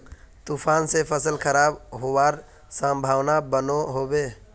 तूफान से फसल खराब होबार संभावना बनो होबे?